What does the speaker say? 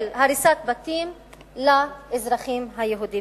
של הריסת בתים לאזרחים היהודים.